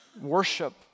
worship